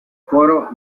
coro